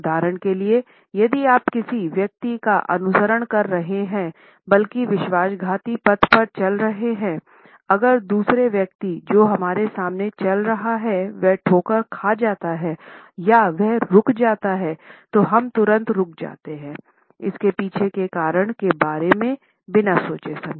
उदाहरण के लिए यदि आप किसी व्यक्ति का अनुसरण कर रहे हैं बल्कि विश्वासघाती पथ पर चल रहे हैं अगर दूसरे व्यक्ति जो हमारे सामने चल रहा है वह ठोकर खा जाता है या वह रुक जाता है तो हम तुरंत रुक जाते हैं इसके पीछे के कारण के बारे में बिना सोचे समझे